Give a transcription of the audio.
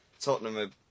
Tottenham